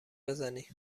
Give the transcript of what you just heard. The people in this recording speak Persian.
بزنی